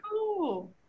cool